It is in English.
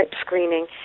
screening